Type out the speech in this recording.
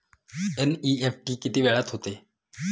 NEFT किती वेळात होते?